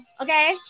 Okay